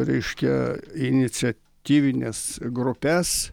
reiškia iniciatyvines grupes